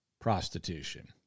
prostitution